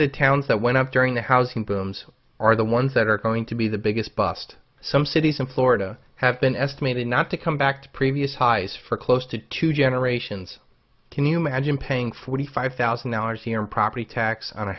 the towns that went up during the housing boom are the ones that are going to be the biggest bust some cities in florida have been estimated not to come back to previous highs for close to two generations can you imagine paying forty five thousand dollars a year property tax on a